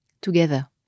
together